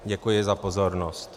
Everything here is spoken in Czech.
Děkuji za pozornost.